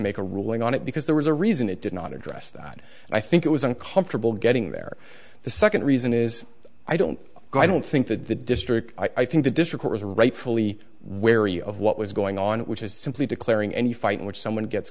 make a ruling on it because there was a reason it did not dress that i think it was uncomfortable getting there the second reason is i don't go i don't think that the district i think the district has a rightfully wary of what was going on which is simply declaring any fight in which someone gets